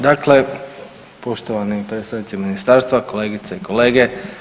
Dakle, poštovani predstavnici ministarstva, kolegice i kolege.